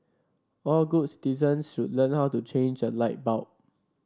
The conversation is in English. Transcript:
all good citizens should learn how to change a light bulb